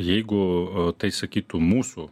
jeigu tai sakytų mūsų